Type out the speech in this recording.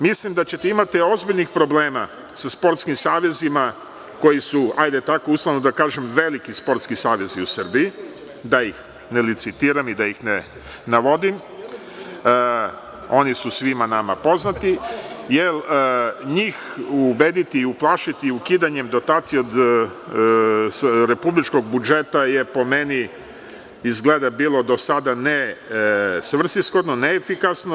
Mislim da ćete imati ozbiljnih problema sa sportskim savezima koji su veliki sportski savezi u Srbiji, da ih ne licitiram i da ih ne navodim, oni su svima nama poznati, jer njih ubediti i uplašiti ukidanjem dotacija od Republičkog budžeta je, po meni, do sada bilo nesvrsishodno, neefikasno.